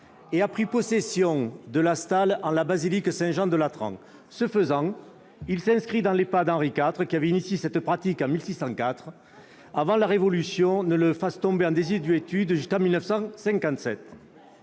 et pris possession de la stalle en la basilique Saint-Jean-de-Latran. Ce faisant, il s'inscrit dans les pas d'Henri IV, qui avait inauguré cette pratique en 1604, avant que la Révolution ne la fasse tomber en désuétude jusqu'en 1957.